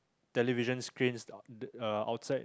television screens uh outside